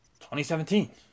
2017